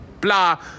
blah